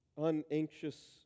unanxious